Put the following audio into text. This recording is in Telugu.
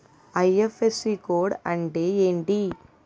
ఐ.ఫ్.ఎస్.సి కోడ్ అంటే ఏంటి?